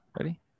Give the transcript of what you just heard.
Ready